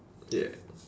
yeah